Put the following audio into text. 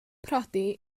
priodi